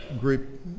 Group